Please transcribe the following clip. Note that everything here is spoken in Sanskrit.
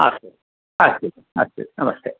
अस्तु अस्तु अस्तु नमस्ते